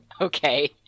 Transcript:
Okay